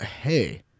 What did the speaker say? hey